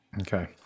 Okay